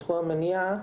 בתחום המניעה,